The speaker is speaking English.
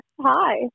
hi